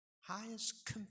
Highest